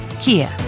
Kia